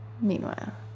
Meanwhile